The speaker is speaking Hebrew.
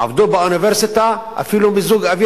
עבדו באוניברסיטה ואפילו על מיזוג אוויר,